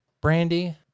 Brandy